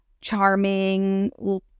charming